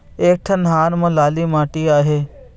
एक ठन खार म लाली माटी आहे?